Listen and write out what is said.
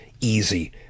easy